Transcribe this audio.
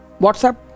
WhatsApp